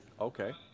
okay